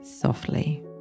softly